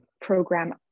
program